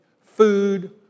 Food